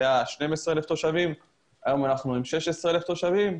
מנה 12,000 תושבים והיום אנחנו עם 16,000 תושבים.